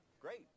Great